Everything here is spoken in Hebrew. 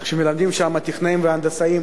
שמלמדים שם טכנאים והנדסאים,